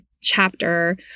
chapter